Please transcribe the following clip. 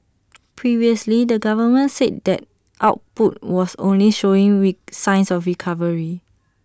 previously the government said that output was only showing we signs of recovery